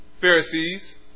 Pharisees